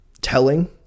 telling